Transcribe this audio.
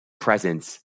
presence